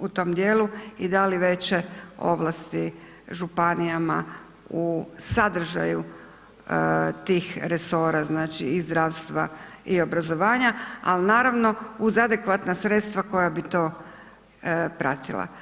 u tom dijelu i dali veće ovlasti županijama u sadržaju tih resora, znači i zdravstva i obrazovanja, ali naravno, uz adekvatna sredstva koja bi to pratila.